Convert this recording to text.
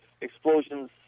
explosions